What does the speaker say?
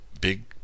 big